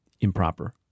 improper